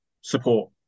support